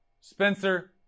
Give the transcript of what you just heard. Spencer